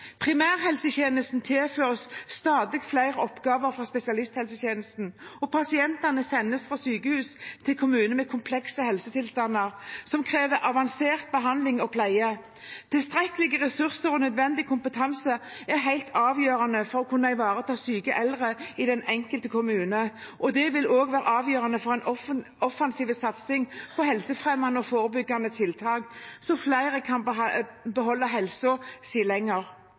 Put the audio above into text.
Primærhelsetjenesten tilføres stadig flere oppgaver fra spesialisthelsetjenesten, og pasientene sendes fra sykehus til kommune med komplekse helsetilstander som krever avansert behandling og pleie. Tilstrekkelige ressurser og nødvendig kompetanse er helt avgjørende for å kunne ivareta syke eldre i den enkelte kommune, og det vil også være avgjørende for en offensiv satsing på helsefremmende og forebyggende tiltak, så flere kan beholde helsen sin lenger.